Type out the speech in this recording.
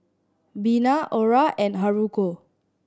Bina Ora and Haruko